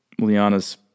Liana's